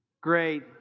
Great